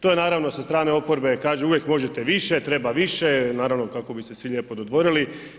To je naravno sa strane oporbe, kaže uvijek možete više, treba više, naravno kako bi se svi lijepo dodvorili.